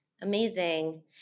Amazing